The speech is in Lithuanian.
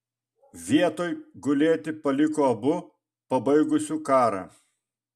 vietoj gulėti paliko abu pabaigusiu karą